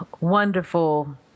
wonderful